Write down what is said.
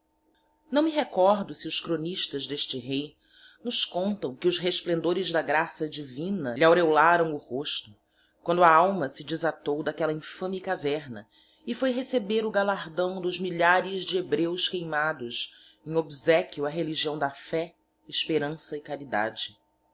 não me recordo se os chronistas d'este rei nos contam que os resplendores da graça divina lhe aureolaram o rosto quando a alma se desatou d'aquella infame caverna e foi receber o galardão dos milhares de hebreus queimados em obsequio á religião da fé esperança e caridade